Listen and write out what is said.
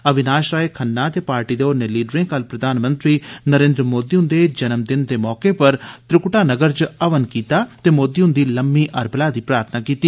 अविनाश राय खन्ना ते पार्टी दे होरने लीडरें कल प्रधानमंत्री मोदी हन्दे जन्मदिन दे मौके पर त्रिक्टा नगर च हवन कीता ते मोदी हन्दी लम्मी अरबला लेई प्रार्थना कीती